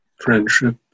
friendship